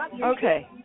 Okay